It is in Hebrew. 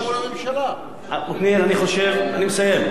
יש משילות בארץ הזאת.